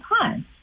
time